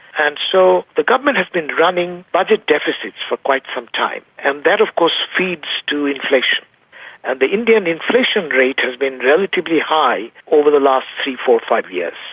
and so the government has been running budget deficits for quite some time. and that of course feeds to inflation. and the indian inflation rate has been relatively high over the last three, four, five years.